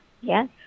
Yes